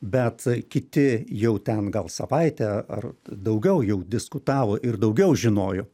bet kiti jau ten gal savaitę ar daugiau jau diskutavo ir daugiau žinojo